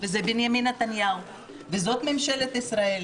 וזה בנימין נתניהו וזאת ממשלת ישראל.